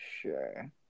sure